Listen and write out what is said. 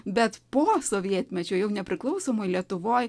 bet po sovietmečio jau nepriklausomoj lietuvoj